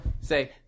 Say